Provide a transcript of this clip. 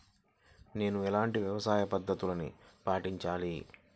నేను ఎలాంటి వ్యవసాయ పద్ధతిని పాటించాలి?